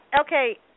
Okay